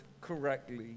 correctly